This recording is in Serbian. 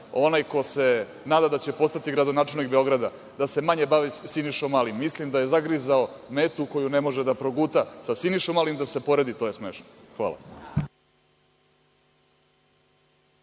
onaj ko se nada da će postati gradonačelnik Beograda, da se manje bavi Sinišom Malim. Mislim da je zagrizao metu koju ne može da proguta. Sa Sinišom Malim da se poredi, to je smešno. Hvala.